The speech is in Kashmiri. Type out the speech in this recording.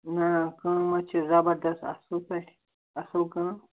نہ کٲم حظ چھِ زَبردست اَصٕل پٲٹھۍ اَصٕل کٲم